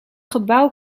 gebouw